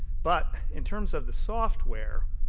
but in terms of the software,